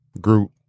Group